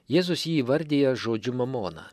jėzus jį įvardija žodžiu mamona